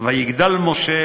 ויגדל משה